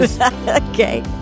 Okay